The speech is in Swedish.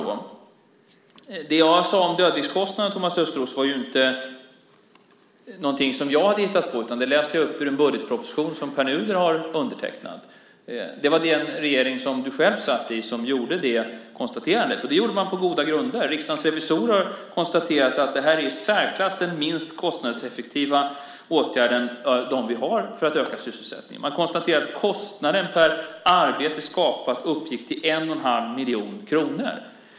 Det som jag sade om dödviktskostnader, Thomas Östros, var inte någonting som jag hade hittat på, utan det läste jag upp ur en budgetproposition som Pär Nuder har undertecknat. Det var den regering som du själv satt med i som gjorde det konstaterandet. Det gjorde man på goda grunder. Riksdagens revisorer har konstaterat att det här är den i särklass minst kostnadseffektiva åtgärden av dem vi har för att öka sysselsättningen. Man konstaterar att kostnaden per skapat arbete uppgick till 1 1⁄2 miljon kronor.